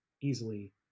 easily